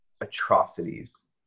atrocities